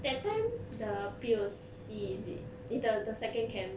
that time the P_O_C is it eh the the second camp